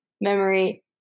memory